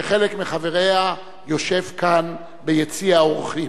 שחלק מחבריה יושבים כאן ביציע האורחים.